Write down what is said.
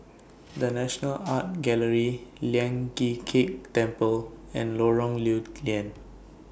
The National Art Gallery Lian Chee Kek Temple and Lorong Lew Lian